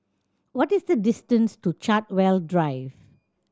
what is the distance to Chartwell Drive